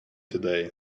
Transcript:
today